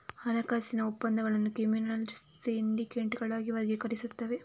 ಹಣಕಾಸಿನ ಒಪ್ಪಂದಗಳನ್ನು ಕ್ರಿಮಿನಲ್ ಸಿಂಡಿಕೇಟುಗಳಾಗಿ ವರ್ಗೀಕರಿಸುತ್ತವೆ